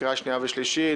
קריאה שנייה וקריאה שלישית,